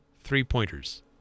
three-pointers